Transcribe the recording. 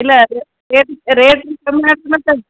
ಇಲ್ಲ ಅದು ರೇಟ್ ರೇಟನ್ನೂ ಕಮ್ಮಿ ಹಾಕಿ ಮತ್ತೆ